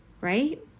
right